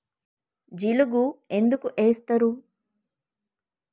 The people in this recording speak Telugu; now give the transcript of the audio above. జిలుగు ఎందుకు ఏస్తరు?